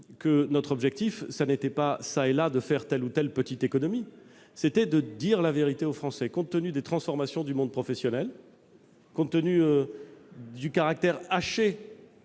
que notre objectif n'était pas de faire, çà et là, telle ou telle petite économie, mais de dire la vérité aux Français. Compte tenu des transformations du monde professionnel, du caractère haché